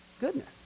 goodness